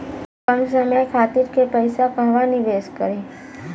कम समय खातिर के पैसा कहवा निवेश करि?